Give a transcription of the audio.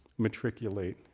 matriculate,